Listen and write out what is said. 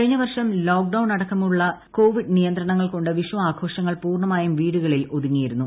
കഴിഞ്ഞവർഷം ലോക്ഡൌൺ അടക്കമുള്ള കോവിഡ് നിയന്ത്രണങ്ങൾകൊണ്ട് വിഷു ആഘോഷങ്ങൾ പൂർണമായും വീടുകളിൽ ഒതുങ്ങിയിരുന്നു